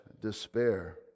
despair